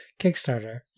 Kickstarter